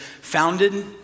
founded